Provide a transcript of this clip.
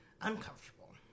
uncomfortable